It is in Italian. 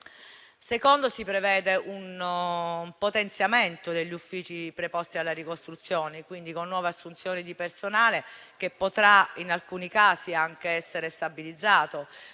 luogo, si prevede un potenziamento degli uffici preposti alla ricostruzione, quindi con nuove assunzioni di personale, che in alcuni casi potrà anche essere stabilizzato.